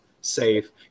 safe